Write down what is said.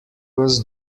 was